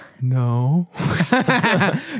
No